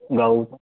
गहूचा